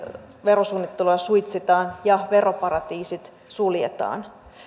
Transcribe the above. verosuunnittelua suitsitaan ja veroparatiisit suljetaan